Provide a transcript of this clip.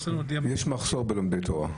יש מחסור גדול בלומדי תורה.